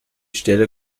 stelle